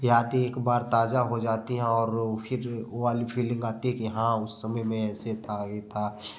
यादें एक बार ताज़ा हो जाती हैं और फिर वो वाली फीलिंग आती है कि हाँ उस समय में ऐसे था ये था